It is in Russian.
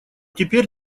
теперь